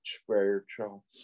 spiritual